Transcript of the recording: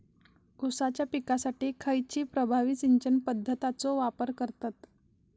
ऊसाच्या पिकासाठी खैयची प्रभावी सिंचन पद्धताचो वापर करतत?